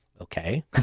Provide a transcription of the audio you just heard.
Okay